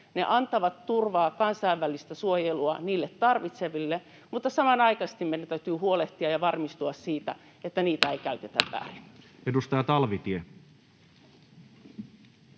ne antavat turvaa ja kansainvälistä suojelua niitä tarvitseville, mutta samanaikaisesti meidän täytyy huolehtia ja varmistua siitä, että niitä ei käytetä väärin. Edustaja Talvitie.